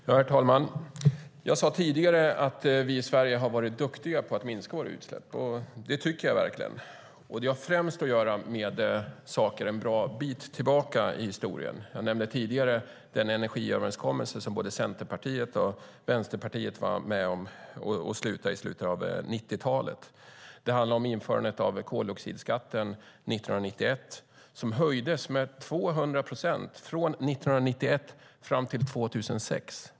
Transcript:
Herr talman! Jag sade tidigare att vi i Sverige har varit duktiga på att minska våra utsläpp, och det tycker jag verkligen. Det har främst att göra med saker en bra bit tillbaka i historien. Jag nämnde tidigare den energiöverenskommelse som både Centerpartiet och Vänsterpartiet var med om att sluta i slutet av 90-talet. Det handlar om införandet av koldioxidskatten 1991. Skatten höjdes med 200 procent från 1991 till 2006.